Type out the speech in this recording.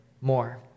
more